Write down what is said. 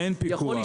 פיקוח,